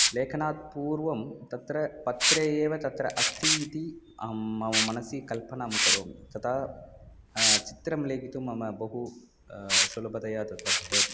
लेखनात् पूर्वं तत्र पत्रे एव तत्र अस्ति इति अहं मम मनसि कल्पनां करोमि तदा चित्रं लेखितुं मम बहु सुलभतया तत्र भवति